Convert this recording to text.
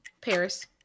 Paris